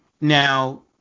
Now